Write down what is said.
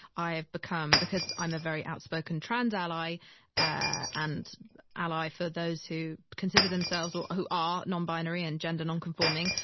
i have become because i'm a very outspoken trans ally ah and ally for those who consider themselves or who are nonbinary and gender nonconforming.